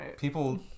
People